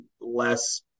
less